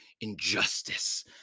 injustice